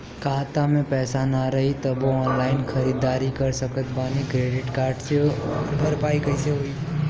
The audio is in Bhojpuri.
खाता में पैसा ना रही तबों ऑनलाइन ख़रीदारी कर सकत बानी क्रेडिट कार्ड से ओकर भरपाई कइसे होई?